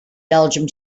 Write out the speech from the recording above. belgium